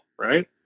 right